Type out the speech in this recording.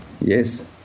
yes